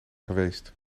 geweest